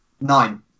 Nine